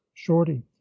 shorty